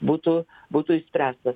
būtų būtų išspręstas